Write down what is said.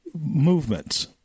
movements